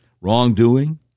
wrongdoing